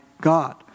God